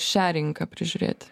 šią rinką prižiūrėti